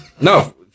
No